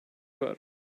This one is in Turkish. var